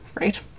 right